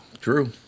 true